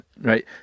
right